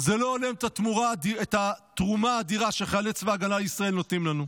זה לא הולם את התרומה האדירה שחיילי צבא ההגנה לישראל נותנים לנו.